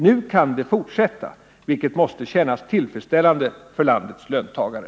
Nu kan det fortsätta, vilket måste kännas tillfredsställande för landets löntagare.